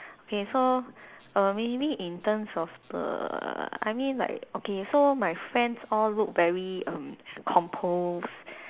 okay so err maybe in terms of the I mean like okay so my friends all look very um composed